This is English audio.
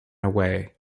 away